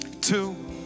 two